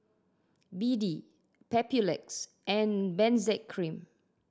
B D Papulex and Benzac Cream